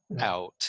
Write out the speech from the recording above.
out